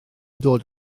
dod